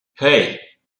hey